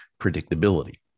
predictability